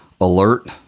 Alert